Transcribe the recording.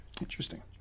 Interesting